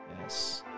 Yes